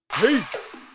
peace